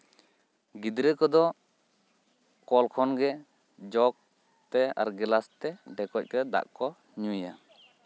ᱜᱤᱫᱽᱨᱟᱹ ᱠᱚᱫᱚ ᱠᱚᱞ ᱠᱷᱚᱱᱜᱮ ᱡᱚᱜᱛᱮ ᱟᱨ ᱜᱮᱞᱟᱥᱛᱮ ᱰᱷᱮᱠᱚᱡ ᱠᱟᱛᱮᱜ ᱫᱟᱜ ᱠᱚ ᱧᱩᱭᱟ